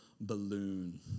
balloon